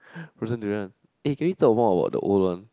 frozen durian eh can you talk more about the old one